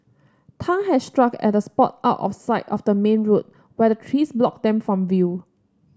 Tan had struck at a spot out of sight of the main road where the trees blocked them from view